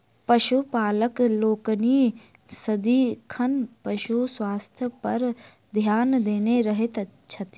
पशुपालक लोकनि सदिखन पशु स्वास्थ्य पर ध्यान देने रहैत छथि